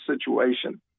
situation